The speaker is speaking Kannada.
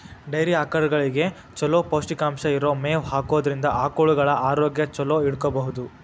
ಡೈರಿ ಆಕಳಗಳಿಗೆ ಚೊಲೋ ಪೌಷ್ಟಿಕಾಂಶ ಇರೋ ಮೇವ್ ಹಾಕೋದ್ರಿಂದ ಆಕಳುಗಳ ಆರೋಗ್ಯ ಚೊಲೋ ಇಟ್ಕೋಬಹುದು